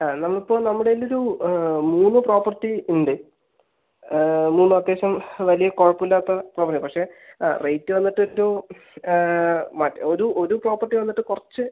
ആ നമ്മൾക്ക് ഇപ്പോൾ നമ്മുടെ കയ്യിൽ ഒരു മൂന്ന് പ്രോപ്പർട്ടി ഉണ്ട് മൂന്നും അത്യാവശ്യം വലിയ കുഴപ്പം ഇല്ലാത്ത പ്രോപ്പർട്ടിയാണ് പക്ഷെ റേറ്റ് വന്നിട്ട് ഒരു ഒരു ഒരു പ്രോപ്പർട്ടി വന്നിട്ട് കുറച്ച്